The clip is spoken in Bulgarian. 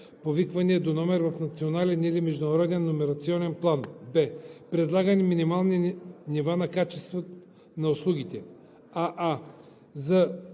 повиквания до номер в национален или международен номерационен план; б) предлагани минимални нива на качество на услугите: аа) за